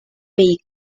may